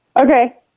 Okay